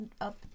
up